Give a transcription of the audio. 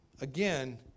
again